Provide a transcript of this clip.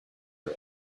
are